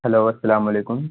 hello السلام علیکم